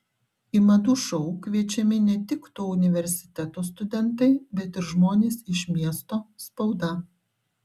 į madų šou kviečiami ne tik to universiteto studentai bet ir žmonės iš miesto spauda